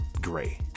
gray